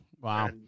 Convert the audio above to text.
Wow